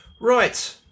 Right